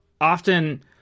often